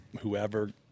whoever